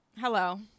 hello